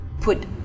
put